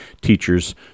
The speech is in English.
Teachers